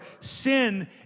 sin